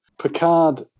Picard